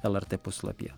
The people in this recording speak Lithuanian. lrt puslapyje